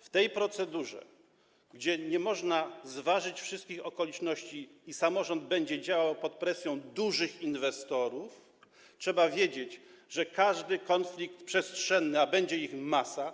Przy tej procedurze, kiedy nie można zważyć wszystkich okoliczności i samorząd będzie działał pod presją dużych inwestorów, co trzeba wiedzieć, każdy konflikt przestrzenny, a będzie ich masa,